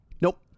Nope